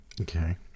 Okay